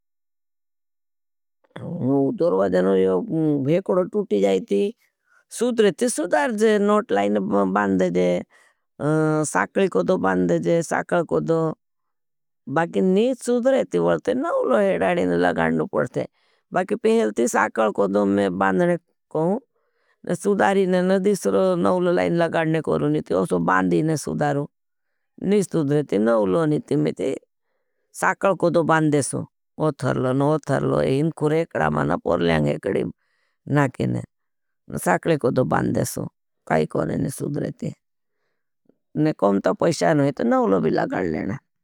दोर्वाजन भेकड़ो तूटी जायती, सुद्रेती सुधार जे, नोट लाइन बांध जे, साकली कोड़ो बांध जे, साकल कोड़ो, बाकि निष्टु सुद्रेती बलते, नऊलो हेडारीन लगाणड पड़ते। बाकि पेहल ती साकल कोड़ो में बांधने कहूं। न सुधारीन, न दिसर नोलो लाइन लगाणने कोड़ो निती, ओसो बांध दीने सुधारू, निष्टु सुद्रेती, नोलो निती, में ती साकल कोड़ो बांध देशू। ओ थरलो, न ओ थरलो, इन खुर हेकड़ा माना, प पाई कोड़ेने सुध्रेती, निकोंत पैशा नोईत, न ओ लोबी लगाण लेना।